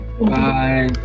bye